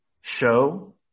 show